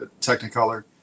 Technicolor